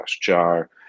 jar